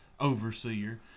Overseer